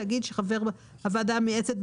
תאגיד שחבר הוועדה המייעצת,